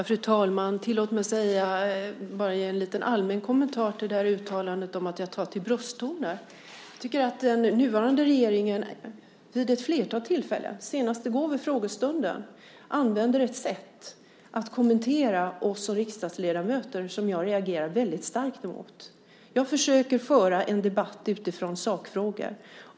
Fru talman! Tillåt mig ge en liten allmän kommentar till uttalandet att jag tar till brösttoner. Den nuvarande regeringen har vid ett flertal tillfällen, senast i går vid frågestunden, haft ett sätt att kommentera oss riksdagsledamöter som jag reagerar starkt mot. Jag försöker föra en debatt utifrån sakfrågor.